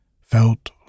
felt